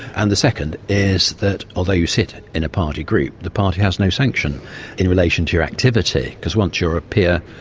and the second is that although you sit in a party group, the party has no sanction in relation to your activity, because once you're a peer,